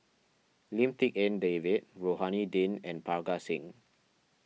Lim Tik En David Rohani Din and Parga Singh